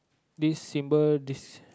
this symbol this